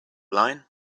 line